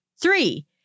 Three